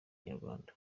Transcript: inyarwanda